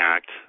Act